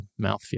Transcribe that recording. mouthfeel